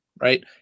right